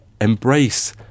embrace